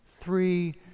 three